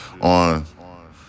on